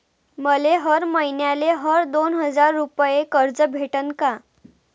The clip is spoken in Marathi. मले हर मईन्याले हर दोन हजार रुपये कर्ज भेटन का?